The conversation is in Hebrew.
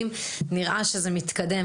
כרגע הצגתי מתווה.